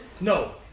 No